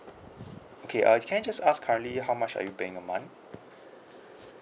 okay uh can I just ask currently how much are you paying a month